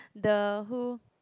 the who